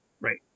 Right